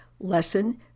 lesson